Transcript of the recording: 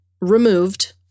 removed